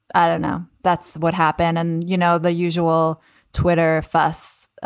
i don't know. that's what happened and, you know, the usual twitter fuss